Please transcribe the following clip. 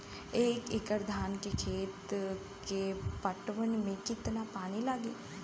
एक एकड़ धान के खेत के पटवन मे कितना पानी लागि?